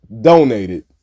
donated